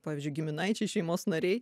pavyzdžiui giminaičiai šeimos nariai